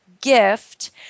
gift